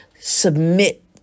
submit